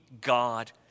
God